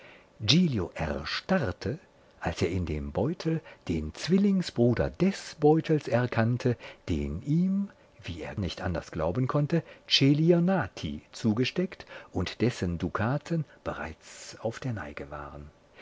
erstarrte als er in dem beutel den zwillingsbruder des beutels erkannte den ihm wie er nicht anders glauben konnte celionati zugesteckt und dessen dukaten bereits auf der neige waren